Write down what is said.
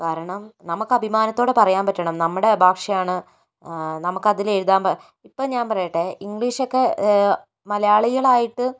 കാരണം നമുക്ക് അഭിമാനത്തോടെ പറയാൻ പറ്റണം നമ്മുടെ ഭാഷയാണ് നമുക്ക് അതിൽ എഴുതാൻ ഇപ്പം ഞാൻ പറയട്ടെ ഇംഗ്ലീഷ് ഒക്കെ മലയാളികളായിട്ട്